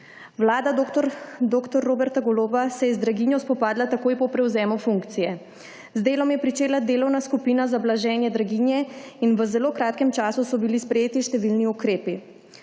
Vlada dr. Roberta Goloba se je z draginjo spopadla takoj po prevzemu funkcije. Z delom je pričela delovna skupina za blaženje draginje in v zelo kratkem času so bili sprejeti številni ukrepi.